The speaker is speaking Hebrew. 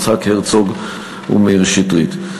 יצחק הרצוג ומאיר שטרית.